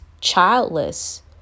childless